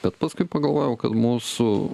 bet paskui pagalvojau kad mūsų